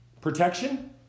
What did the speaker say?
protection